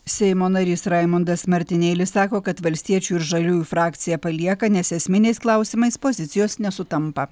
seimo narys raimundas martinėlis sako kad valstiečių ir žaliųjų frakciją palieka nes esminiais klausimais pozicijos nesutampa